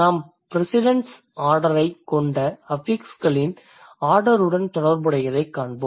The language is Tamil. நாம் ப்ரிசிடென்ஸ் ஆர்டரைக் கொண்ட அஃபிக்ஸ்களின் ஆர்டருடன் தொடர்புடையதைக் காண்போம்